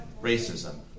racism